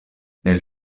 nel